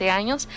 años